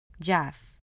Jeff